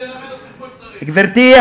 עוד קצת